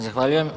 Zahvaljujem.